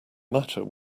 matter